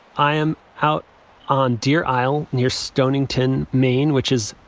i am out on deer isle near stonington, maine, which is,